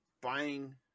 buying